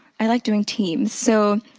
i like doing teams. so,